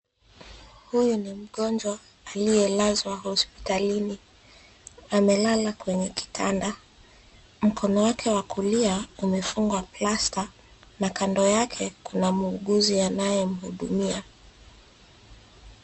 Huyu ni mgonjwa aliyelazwa hospitalini, amelala kwenye kitanda, mkono wake wa kulia umefungwa plasta na kando yake, kuna muuguzi anayemhudumia.